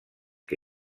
que